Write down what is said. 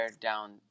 down